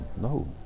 no